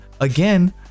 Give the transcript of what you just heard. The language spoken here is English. Again